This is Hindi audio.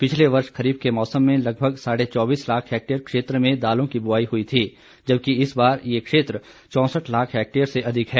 पिछले वर्ष खरीफ के मौसम में लगभग साढे चौबीस लाख हेक्टेयर में दालों की बुवाई हुई थी जबकि इस बार यह क्षेत्र चौंसठ लाख हेक्टेयर से अधिक है